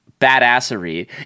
badassery